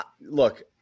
Look